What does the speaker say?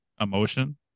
emotion